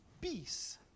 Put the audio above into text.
peace